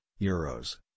euros